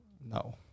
No